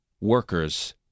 workers